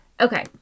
Okay